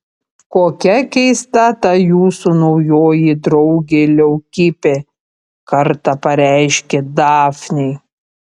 kokia keista ta jūsų naujoji draugė leukipė kartą pareiškė dafnei